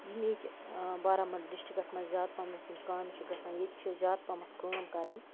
یِم ییٚتہِ بارامُلا ڈِسٹرک مَنٛز زیاد پَہم یِم کامہِ چھِ گَژھان ییٚتہِ چھِ زیاد پَہمَتھ کٲم کَران